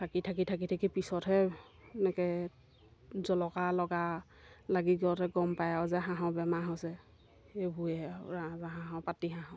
থাকি থাকি থাকি থাকি পিছতহে এনেকৈ জলকা লগা লাগি গ'লেহে গম পায় আৰু যে হাঁহৰ বেমাৰ হৈছে এইবোৰেই আৰু ৰাজাহাঁহৰ পাতিহাঁহৰ